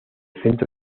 centro